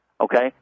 okay